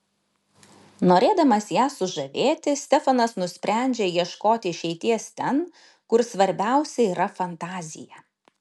norėdamas ją sužavėti stefanas nusprendžia ieškoti išeities ten kur svarbiausia yra fantazija